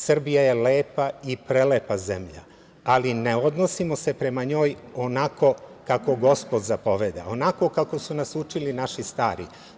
Srbija je lepa i prelepa zemlja, ali ne odnosimo se prema njoj onako kako Gospod zapoveda, onako kako su nas učili naši stari.